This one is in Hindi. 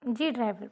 जी ड्राइवर भैया